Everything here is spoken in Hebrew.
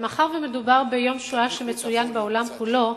אבל מאחר שמדובר ביום שואה שמצוין בעולם כולו,